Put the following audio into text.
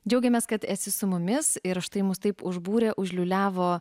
džiaugiamės kad esi su mumis ir štai mus taip užbūrė užliūliavo